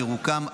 פירוקם,